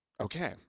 Okay